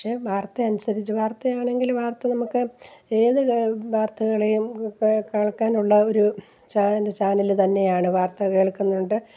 പക്ഷെ വാർത്തയനുസരിച്ച് വാർത്തയാണെങ്കില് വാർത്ത നമുക്ക് ഏതു വാർത്തകളെയും കേ കേൾക്കാനുള്ള ഒരു ചാന ചാനല് തന്നെയാണ് വാർത്ത കേൾക്കുന്നുണ്ട്